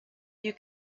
you